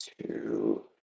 two